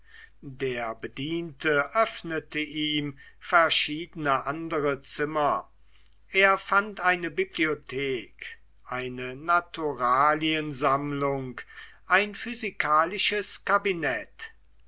der bediente öffnete ihm verschiedene andere zimmer er fand eine bibliothek eine naturaliensammlung ein physikalisches kabinett